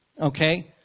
Okay